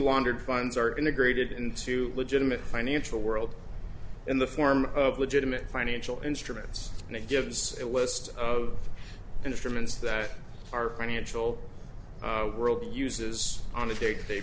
laundered funds are integrated into legitimate financial world in the form of legitimate financial instruments and it gives it was just of instruments that our financial world uses on a day to day